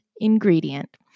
ingredient